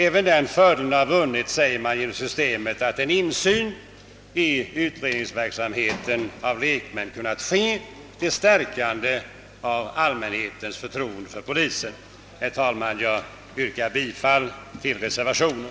även den fördelen, säger man, har vunnits genom systemet att en insyn i utredningsverksamheten av lekmän kunnat ske, till stärkande av allmänhetens förtroende för polisen. Jag yrkar bifall till reservationen.